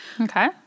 Okay